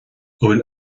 bhfuil